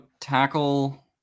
tackle